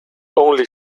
only